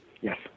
Yes